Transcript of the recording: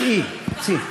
צאי, צאי.